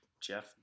Jeff